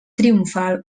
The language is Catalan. triomfal